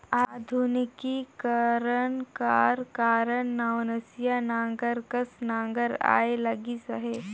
आधुनिकीकरन कर कारन नवनसिया नांगर कस नागर आए लगिस अहे